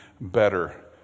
better